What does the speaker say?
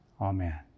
Amen